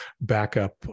backup